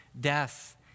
death